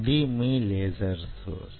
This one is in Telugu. ఇది మీ లేజర్ సోర్సు